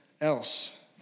else